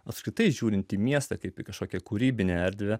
apskritai žiūrint į miestą kaip į kažkokią kūrybinę erdvę